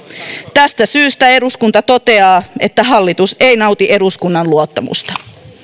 tästä syystä eduskunta toteaa että hallitus ei nauti eduskunnan luottamusta